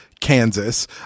Kansas